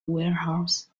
warehouse